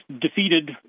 defeated